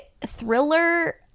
thriller